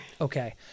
Okay